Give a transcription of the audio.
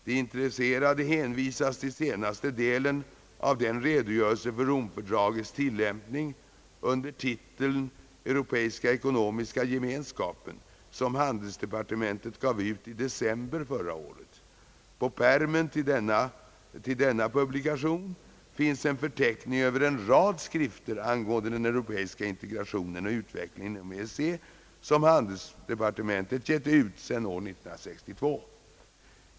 Den intresserade hänvisas till senaste delen av den redogörelse för Romfördragets tillämpning under titeln »Europeiska ekonomiska gemenskapen» som handelsdepartementet gav ut i december förra året. På pärmen till denna publikation finns en förteckning över en rad skrifter angående den europeiska integrationen och utvecklingen inom EEC som handelsdepartementet gett ut sedan år 1962.